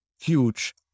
huge